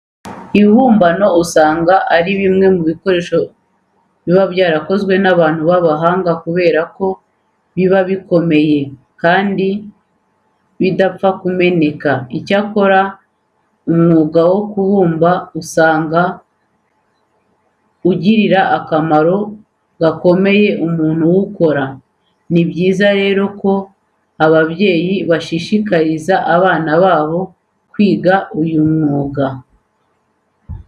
Ibibumbano usanga ari bimwe mu bikoresho biba byarakozwe n'abantu b'abahanga kubera ko biba bikomeye kandi bidapfa kumeneka. Icyakora umwuga wo kubumba usanga ugirira akamaro gakomeye umuntu uwukora. Ni byiza rero ko ababyeyi bashishikariza abana babo kwiga uyu mwuga.